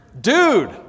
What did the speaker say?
dude